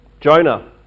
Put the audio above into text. Jonah